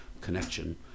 connection